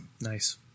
Nice